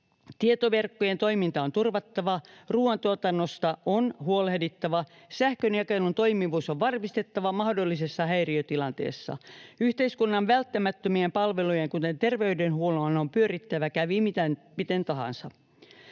Tietoverkkojen toiminta on turvattava, ruoantuotannosta on huolehdittava, sähkönjakelun toimivuus on varmistettava mahdollisessa häiriötilanteessa. Yhteiskunnan välttämättömien palvelujen, kuten terveydenhuollon, on pyörittävä, kävi miten tahansa.